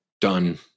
done